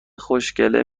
خوشکله